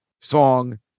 song